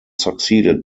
succeeded